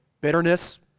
bitterness